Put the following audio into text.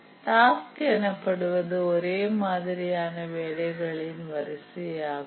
task எனப்படுவது ஒரே மாதிரியான வேலைகளின் வரிசையாகும்